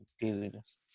Dizziness